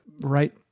right